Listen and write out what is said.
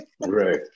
Right